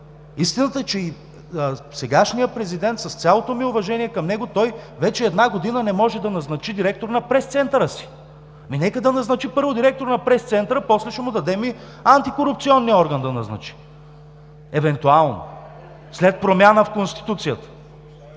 Истината е, че и сегашният президент, с цялото ми уважение към него, вече една година не може да назначи директор на пресцентъра си. Нека да назначи, първо, директор на пресцентъра, после ще му дадем и антикорупционния орган да назначи, евентуално (реплики), след промяна в Конституцията.